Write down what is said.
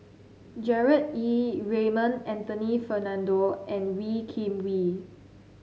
Gerard Ee Raymond Anthony Fernando and Wee Kim Wee